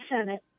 Senate